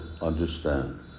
understand